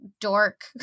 dork